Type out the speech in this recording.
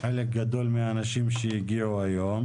חלק גדול מהאנשים שהגיעו היום,